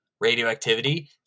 radioactivity